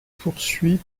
poursuit